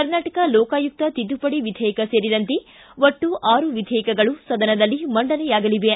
ಕರ್ನಾಟಕ ಲೋಕಾಯುಕ್ತ ತಿದ್ದುಪಡಿ ವಿಧೇಯಕ ಸೇರಿದಂತೆ ಒಟ್ಟು ಆರು ವಿಧೇಯಕಗಳು ಸದನದಲ್ಲಿ ಮಂಡನೆಯಾಗಲಿವೆ